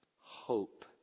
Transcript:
hope